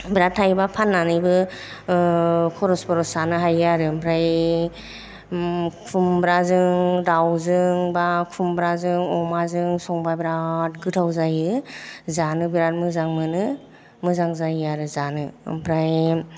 बिराट थायोबा फाननानैबो खरस बरस जानो हायो आरो ओमफ्राय खुमब्राजों दावजों बा खुमब्राजों अमाजों संबा बिराट गोथाव जायो जानो बिराट मोजां मोनो मोजां जायो आरो जानो ओमफ्राय